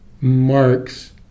marks